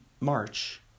March